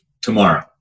tomorrow